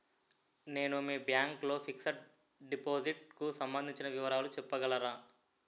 నేను మీ బ్యాంక్ లో ఫిక్సడ్ డెపోసిట్ కు సంబందించిన వివరాలు చెప్పగలరా?